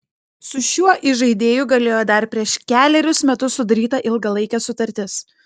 su šiuo įžaidėju galioja dar prieš kelerius metus sudaryta ilgalaikė sutartis